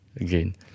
again